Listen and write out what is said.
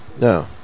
No